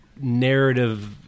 narrative